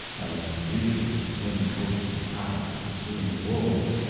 as fugitives fling coats and hats to pursuing wolves,